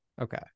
Okay